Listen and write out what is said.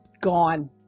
Gone